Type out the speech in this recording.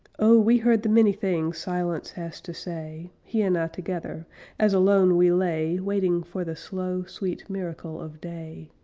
oh, we heard the many things silence has to say he and i together as alone we lay waiting for the slow, sweet miracle of day.